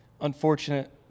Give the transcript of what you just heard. unfortunate